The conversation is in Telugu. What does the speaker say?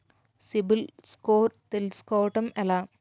సిబిల్ స్కోర్ తెల్సుకోటం ఎలా?